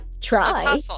try